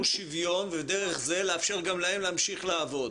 שוויון ודרך זה לאפשר גם להם להמשיך לעבוד?